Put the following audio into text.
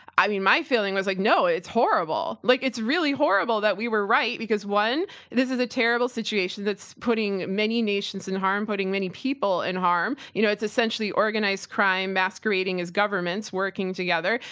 i mean my feeling was like, no, it's horrible. like it's really horrible that we were right, because one this is a terrible situation that's putting many nations in harm, putting many people in harm. you know, it's essentially organized crime masquerading as governments working together.